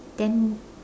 then